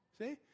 See